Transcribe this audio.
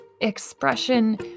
expression